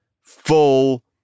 full